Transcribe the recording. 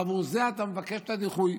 בעבור זה אתה מבקש את הדיחוי,